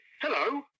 Hello